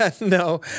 No